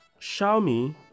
Xiaomi